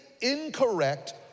incorrect